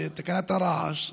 תקנת הרעש,